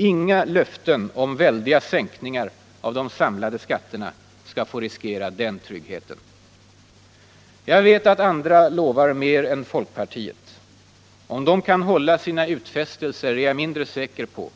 Inga löften om väldiga sänkningar av de samlade skatterna skall få riskera den tryggheten. Jag vet att andra lovar mer än folkpartiet. Om de kan hålla sina utfästelser är jag mindre säker på.